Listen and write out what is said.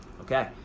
Okay